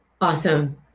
Awesome